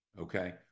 Okay